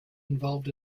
involved